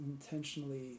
intentionally